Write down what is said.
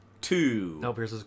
two